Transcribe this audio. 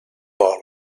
vol